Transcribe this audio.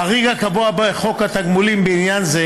החריג הקבוע בחוק התגמולים בעניין הזה